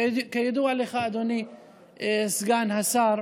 כידוע לך, אדוני סגן השר,